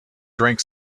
drank